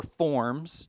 forms